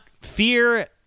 fear